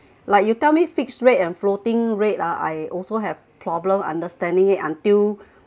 like you tell me fixed rate and floating rate ah I also have problem understanding it until